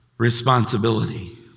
responsibility